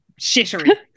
shittery